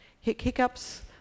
hiccups